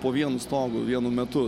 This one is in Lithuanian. po vienu stogu vienu metu